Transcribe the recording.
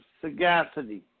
sagacity